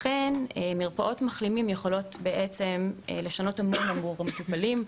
מרפאות מחלימים יכולות בעצם לשנות המון עבור המטופלים.